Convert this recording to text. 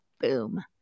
boom